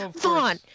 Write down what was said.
Vaughn